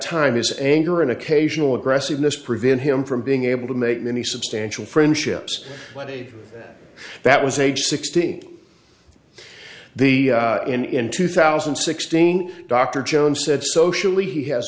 time his anger and occasional aggressiveness prevent him from being able to make many substantial friendships that was age sixty the in two thousand and sixteen dr jones said socially he has